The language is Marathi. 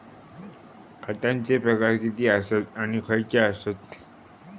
खतांचे प्रकार किती आसत आणि खैचे आसत?